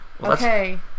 okay